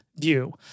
view